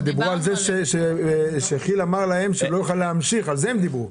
דיברו על זה שכי"ל אמר להם שלא יוכל להמשיך - על זה דיברו.